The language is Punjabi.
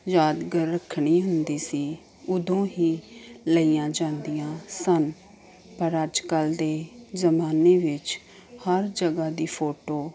ਯਾਦਗਰ ਰੱਖਣੀ ਹੁੰਦੀ ਸੀ ਉਦੋਂ ਹੀ ਲਈਆਂ ਜਾਂਦੀਆਂ ਸਨ ਪਰ ਅੱਜ ਕੱਲ੍ਹ ਦੇ ਜ਼ਮਾਨੇ ਵਿੱਚ ਹਰ ਜਗ੍ਹਾ ਦੀ ਫੋਟੋ